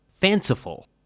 fanciful